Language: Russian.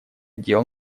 дел